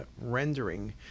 rendering